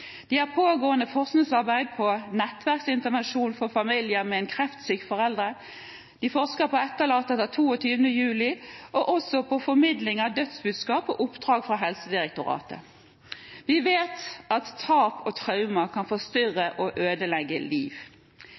De har pågående forskningsarbeid på nettverksintervensjon for familier med en kreftsyk forelder, de forsker på etterlatte etter 22. juli og også på formidling av dødsbudskap på oppdrag fra Helsedirektoratet. Vi vet at tap og traumer kan forstyrre og ødelegge liv.